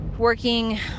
Working